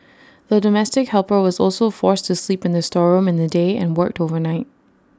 the domestic helper was also forced to sleep in the storeroom in the day and worked overnight